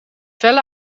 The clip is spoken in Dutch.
felle